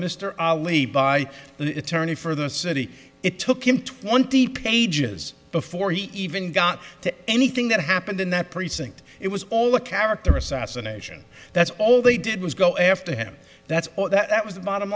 lee by the attorney for the city it took him twenty pages before he even got to anything that happened in that precinct it was all a character assassination that's all they did was go after him that's all that was the bottom